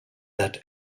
that